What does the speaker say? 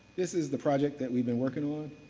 this is the project that we've been working on.